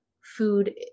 food